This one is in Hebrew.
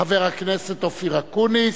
חבר הכנסת אופיר אקוניס.